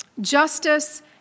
Justice